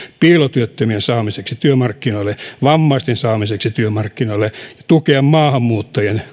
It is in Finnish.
piilotyöttö mien saamiseen työmarkkinoille vammaisten saamiseen työmarkkinoille ja maahanmuuttajien